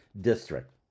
district